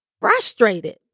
Frustrated